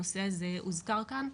הנושא הזה הוזכר כאן,